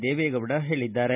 ದೇವೆಗೌಡ ಹೇಳಿದ್ದಾರೆ